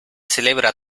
celebra